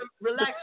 relax